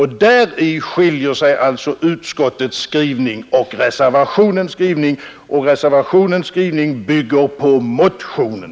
Här skiljer sig utskottets och reservationens skrivning, och den senare bygger på motionen.